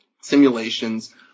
simulations